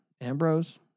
Ambrose